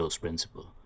Principle